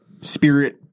Spirit